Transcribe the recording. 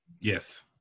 Yes